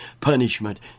punishment